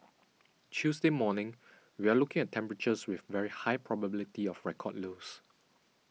Tuesday morning we're looking at temperatures with very high probability of record lows